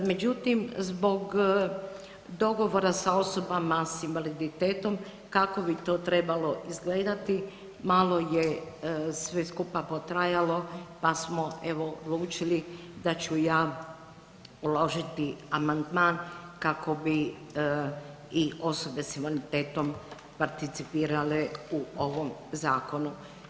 Međutim, zbog dogovora s osobama s invaliditetom kako bi to trebalo izgledati malo je sve skupa potrajalo pa smo evo odlučili da ću ja uložiti amandman kako bi i osobe s invaliditetom participirale u ovom zakonu.